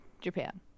Japan